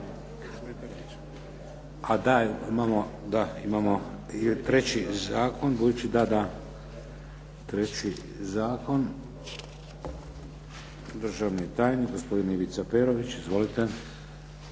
Ah da, imamo i treći zakon budući da, da. Treći zakon državni tajnik gospodin Ivica Perović. Izvolite.